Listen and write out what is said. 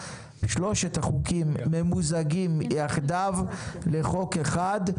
שלושת החוקים ממוזגים יחדיו לחוק אחד.